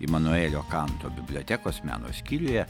imanuelio kanto bibliotekos meno skyriuje